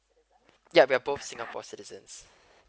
yup we're both singapore citizens